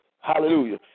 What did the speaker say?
hallelujah